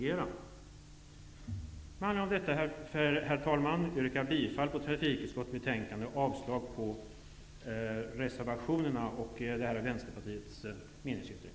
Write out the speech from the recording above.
Med anledning av detta, herr talman, yrkar jag bifall till trafikutskottets hemställan och avslag på reservationerna och Vänsterpartiets meningsyttring.